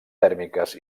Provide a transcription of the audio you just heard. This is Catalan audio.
tèrmiques